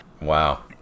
Wow